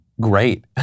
Great